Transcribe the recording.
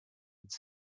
would